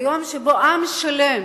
ביום שבו עם שלם